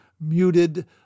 muted